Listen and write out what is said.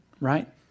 Right